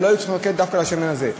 ולא היו צריכים להתמקד דווקא בשמן הזה.